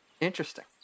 Interesting